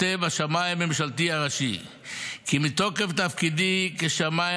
כותב השמאי הממשלתי הראשי כי מתוקף תפקידי כשמאי